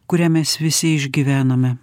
kurią mes visi išgyvenome